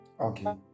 okay